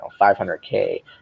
500k